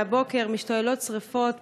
מהבוקר משתוללות שרפות,